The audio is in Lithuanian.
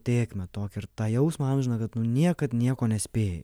tėkmę tokią ir tą jausmą amžiną kad niekad nieko nespėji